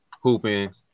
hooping